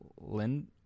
Lind